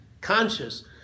conscious